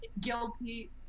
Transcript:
guilty